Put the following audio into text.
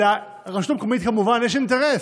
לרשות המקומית כמובן יש אינטרס,